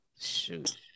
Shoot